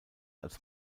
als